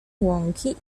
łąki